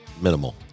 Minimal